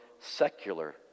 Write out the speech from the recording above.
secular